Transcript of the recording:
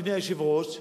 אדוני היושב-ראש,